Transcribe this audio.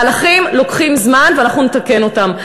מהלכים לוקחים זמן, ואנחנו נתקן אותם.